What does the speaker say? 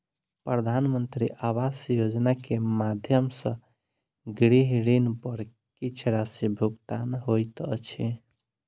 प्रधानमंत्री आवास योजना के माध्यम सॅ गृह ऋण पर किछ राशि भुगतान होइत अछि